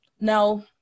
Now